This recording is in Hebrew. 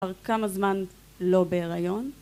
כבר כמה זמן לא בהיריון